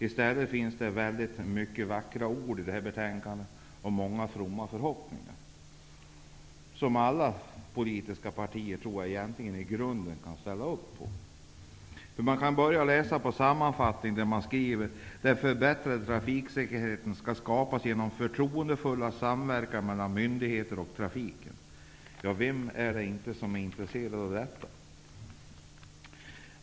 I stället finns det väldigt många vackra ord i detta betänkande, många fromma förhoppningar, som alla politiska partier egentligen i grunden kan ställa upp på. I sammanfattningen skriver man: ''Den förbättrade trafiksäkerheten skall skapas genom en förtroendefull samverkan mellan myndigheter och trafikanter.'' Vem är inte intresserad av detta?